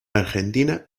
argentina